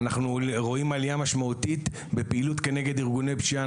אנחנו רואים עלייה משמעותית בפעילות כנגד אירועי פשיעה.